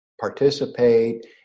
participate